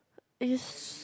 is